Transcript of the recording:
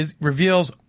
reveals